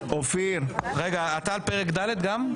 אופיר --- רגע, אתה על פרק ד' גם?